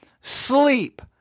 sleep